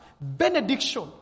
benediction